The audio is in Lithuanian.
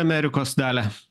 amerikos dalia